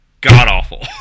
god-awful